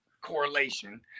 correlation